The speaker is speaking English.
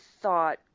thought